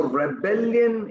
rebellion